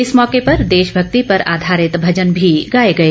इस मौके पर देशभक्ति पर आधारित भजन भी गाए गए